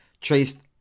traced